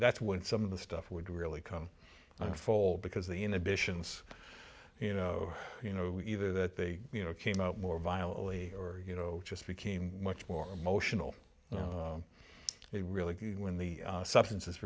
that's when some of the stuff would really come unfold because the inhibitions you know you know either that they you know came out more violently or you know just became much more emotional they really when the substances